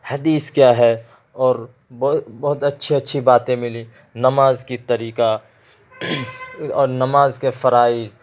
حدیث کیا ہے اور بہت اچھی اچھی باتیں ملی نماز کی طریقہ اور نماز کے فرائض